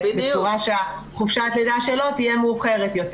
בצורה שחופשת הלידה שלו תהיה מאוחרת יותר.